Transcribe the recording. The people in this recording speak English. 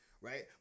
right